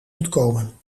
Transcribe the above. ontkomen